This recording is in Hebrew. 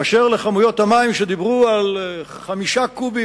באשר לכמויות המים שדיברו על 5 קובים,